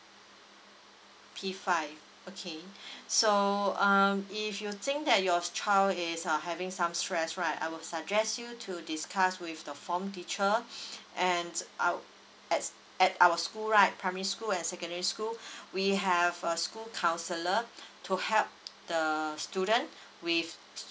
p five okay so um if you think that your child is uh having some stress right I will suggest you to discuss with the form teacher and uh at at our school right primary school and secondary school we have a school counsellor to help the student with